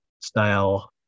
style